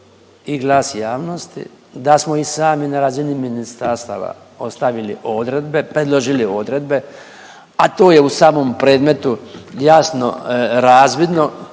i glas javnosti, da smo i sami na razini ministarstava ostavili odredbe, predložili odredbe, a to je u samom predmetu jasno razvidno